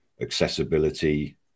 accessibility